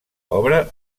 obra